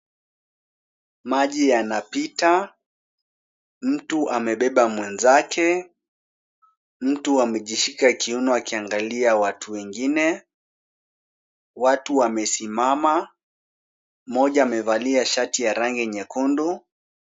Maji yanapita, mtu amebeba mwenzake, mtu amejishika kiuno akiangalia watu wengine, watu wamesimama, mmoja amevalia shati la rangi nyekundu.